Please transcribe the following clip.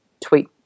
tweet